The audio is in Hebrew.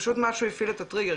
פשוט משהו הפעיל את הטריגר,